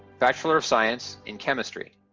bachelor of science in chemistry.